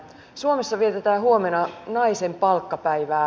suomessa vietetään huomenna naisten palkkapäivää